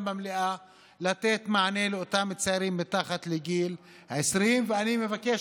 במליאה לתת מענה לאותם צעירים מתחת לגיל 20. אני מבקש